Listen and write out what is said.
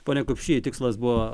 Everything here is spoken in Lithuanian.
pone kupšy tikslas buvo